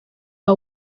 que